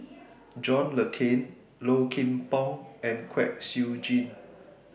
John Le Cain Low Kim Pong and Kwek Siew Jin